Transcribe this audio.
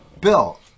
bill